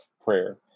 prayer